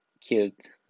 cute